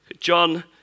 John